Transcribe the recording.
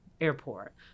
airport